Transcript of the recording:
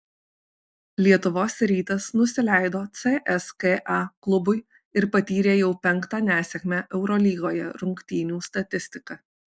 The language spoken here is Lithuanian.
lietuvos rytas nusileido cska klubui ir patyrė jau penktą nesėkmę eurolygoje rungtynių statistika